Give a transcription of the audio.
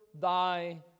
thy